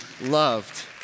loved